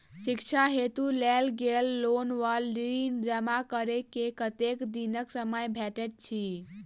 शिक्षा हेतु लेल गेल लोन वा ऋण जमा करै केँ कतेक दिनक समय भेटैत अछि?